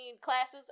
classes